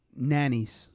nannies